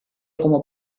como